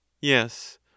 Yes